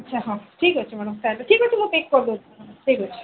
ଆଚ୍ଛା ହଉ ଠିକ୍ ଅଛି ମ୍ୟାଡମ୍ ତାହେଲେ ଠିକ୍ ଅଛି ମୁଁ କରିଦେଉଛି ମ୍ୟାଡମ୍ ଠିକ୍ ଅଛି